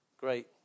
great